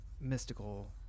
mystical